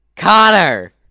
Connor